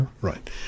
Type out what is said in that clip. right